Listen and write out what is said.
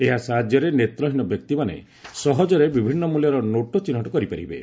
ଏହା ସାହାଯ୍ୟରେ ନେତ୍ରହୀନ ବ୍ୟକ୍ତିମାନେ ସହଜରେ ବିଭିନ୍ନ ମଲ୍ୟର ନୋଟ୍ ଚିହ୍ରଟ କରିପାରିବେ